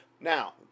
Now